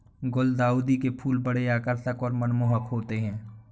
गुलदाउदी के फूल बड़े आकर्षक और मनमोहक होते हैं